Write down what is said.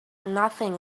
nothing